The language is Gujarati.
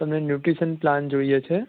તમને ન્યુટ્રિશન પ્લાન જોઈએ છે